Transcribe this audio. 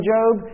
Job